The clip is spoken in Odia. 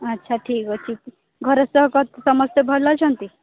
ଆଚ୍ଛା ଠିକ୍ ଅଛି ଘରେ ସମସ୍ତେ ଭଲ ଅଛନ୍ତି